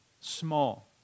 Small